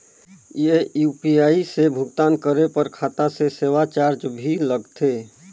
ये यू.पी.आई से भुगतान करे पर खाता से सेवा चार्ज भी लगथे?